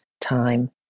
time